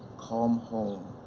call um home,